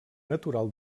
natural